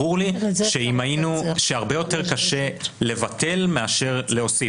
ברור לי שהרבה יותר קשה לבטל מאשר להוסיף.